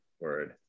word